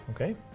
Okay